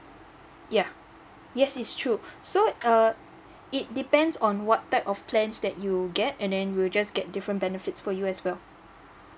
yeuh yes it's true so uh it depends on what type of plans that you get and then it'll just get different benefits for you as well